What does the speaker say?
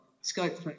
scope